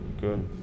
good